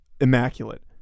immaculate